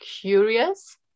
curious